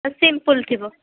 simple ଥିବ